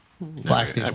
black